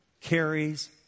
carries